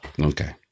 Okay